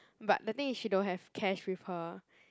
but the thing is she don't have cash with her